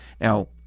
Now